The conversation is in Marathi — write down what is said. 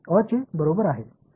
अ चे बरोबर आहे